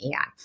AI